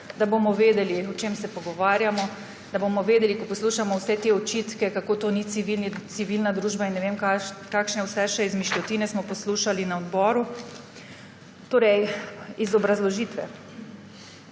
da bomo vedeli, o čem se pogovarjamo, da bomo vedeli, ko poslušamo vse te očitke, kako to ni civilna družba, in ne vem, kakšne vse izmišljotine smo še poslušali na odboru. Torej iz obrazložitve: